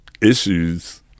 issues